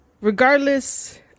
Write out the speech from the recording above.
Regardless